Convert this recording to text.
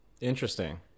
Interesting